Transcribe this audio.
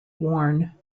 worn